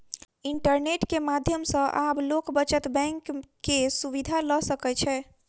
internet के माध्यम सॅ आब लोक बचत बैंक के सुविधा ल सकै छै